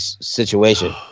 situation